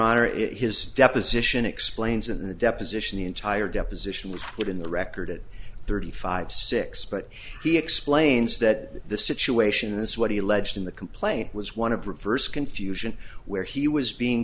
honor is his deposition explains in the deposition the entire deposition was put in the record at thirty five six but he explains that the situation is what he legend the complaint was one of reverse confusion where he was being